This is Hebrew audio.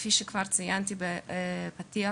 כפי שכבר ציינתי בפתיח,